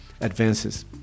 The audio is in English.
advances